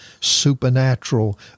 supernatural